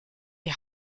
die